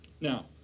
Now